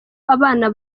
abana